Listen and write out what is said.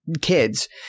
kids